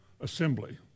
assembly